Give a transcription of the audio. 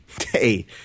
Hey